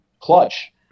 clutch